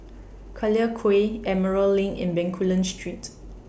Collyer Quay Emerald LINK and Bencoolen Street